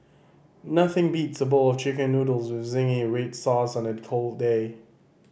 nothing beats a bowl of Chicken Noodles with zingy red sauce on a cold day